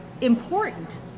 important